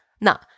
Now